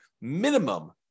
minimum